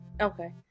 Okay